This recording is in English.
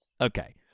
Okay